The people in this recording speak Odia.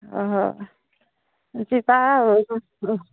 ଓହୋ ଯିବା